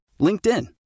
LinkedIn